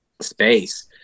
space